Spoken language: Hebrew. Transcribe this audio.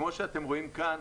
כמו שאתם רואים כאן,